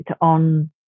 on